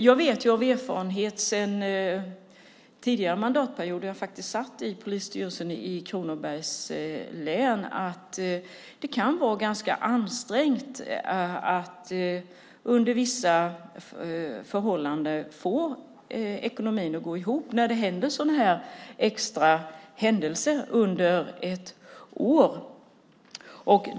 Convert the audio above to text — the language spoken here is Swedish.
Jag vet av erfarenhet från tidigare mandatperioder då jag faktiskt satt i polisstyrelsen i Kronobergs län att ekonomin under vissa förhållanden, när det är vissa händelser under ett år, kan vara ganska ansträngd och att det kan vara svårt att få den att gå ihop.